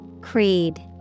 Creed